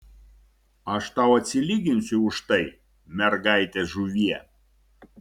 aš tau atsilyginsiu už tai mergaite žuvie